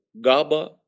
GABA